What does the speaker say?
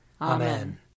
Amen